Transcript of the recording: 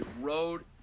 road